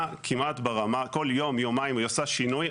כל יום-יומיים היא עושה שינוי.